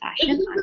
fashion